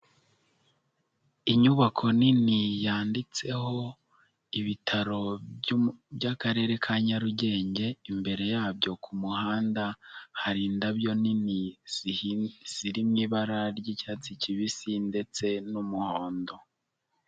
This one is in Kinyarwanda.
Inyubako nini yanditseho ibitaro by'akarere ka Nyarugenge, imbere yabyo ku muhanda hari indabyo nini ziririmo ibara ry'icyatsi kibisi ndetse n'umuhondo.